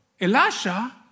Elisha